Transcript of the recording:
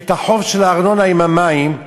את החוב של הארנונה עם המים,